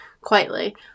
quietly